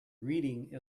reading